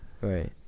Right